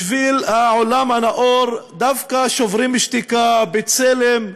בשביל העולם הנאור, דווקא "שוברים שתיקה", "בצלם",